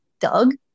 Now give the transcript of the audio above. Doug